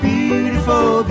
Beautiful